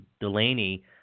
Delaney